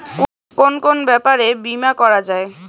কুন কুন ব্যাপারে বীমা করা যায়?